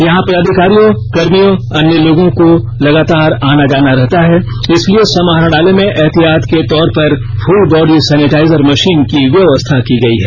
यहां पदाधिकारियों कर्मियों अन्य लोगों का लगातार आना जाना लगा रहता है इसलिए समाहरणालय में एहतियात के तौर पर फुल बॉडी सैनिटाइजर मशीन की व्यवस्था की गई है